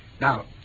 Now